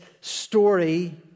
story